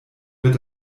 wird